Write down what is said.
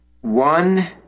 One